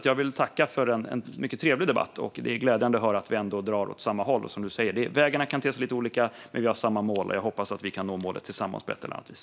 Jag vill tacka för en mycket trevlig debatt. Det är glädjande att höra att vi ändå drar åt samma håll. Som du säger kan vägarna te sig lite olika, men vi har samma mål. Jag hoppas att vi kan nå målet tillsammans på ett eller annat vis.